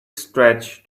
stretch